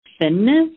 thinness